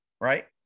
right